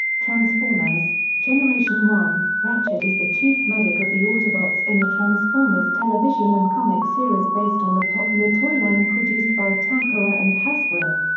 transformers generation one ratchet is the chief medic of the autobots in the transformers television and comic series based on the popular toyline produced by takara and hasbro.